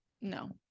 no